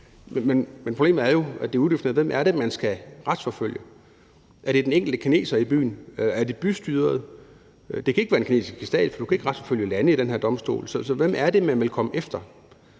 Men problemet er jo, at det er udefineret, hvem det er, man skal retsforfølge. Er det den enkelte kineser i byen? Er det bystyret? Det kan ikke være den kinesiske stat, for du kan ikke retsforfølge lande ved den her domstol. Så hvem er det, man vil komme efter?